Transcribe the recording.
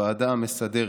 בוועדה המסדרת,